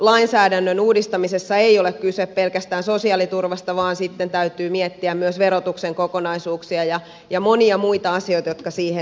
sosiaaliturvalainsäädännön uudistamisessa ei ole kyse pelkästään sosiaaliturvasta vaan sitten täytyy miettiä myös verotuksen kokonaisuuksia ja monia muita asioita jotka siihen liittyvät